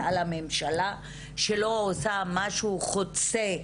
ועל הממשלה שלא עושה משהו חוצה.